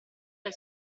dai